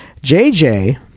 JJ